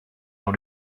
dans